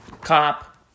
cop